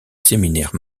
séminaire